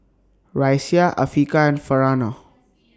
Raisya Afiqah and Farhanah